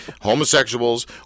homosexuals